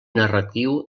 narratiu